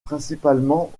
principalement